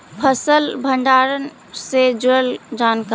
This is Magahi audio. फसल भंडारन से जुड़ल जानकारी?